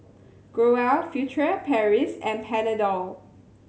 Growell Furtere Paris and Panadol